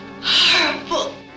horrible